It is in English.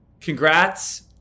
congrats